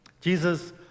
Jesus